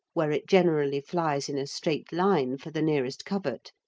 where it generally flies in a straight line for the nearest covert,